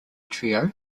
trio